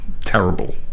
terrible